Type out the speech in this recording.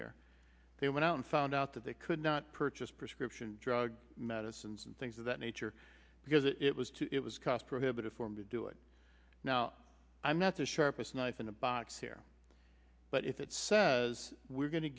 here they went out and found out that they could not purchase prescription drugs medicines and things of that nature because it was too it was cost prohibitive for me to do it now i'm not the sharpest knife in the box here but if it says we're go